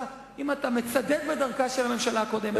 אם אתה מצדד בדרכה של הממשלה הקודמת,